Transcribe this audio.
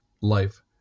life